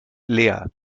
leer